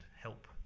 help